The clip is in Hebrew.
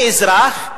אני אזרח.